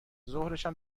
ظهرشم